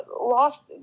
lost